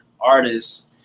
artists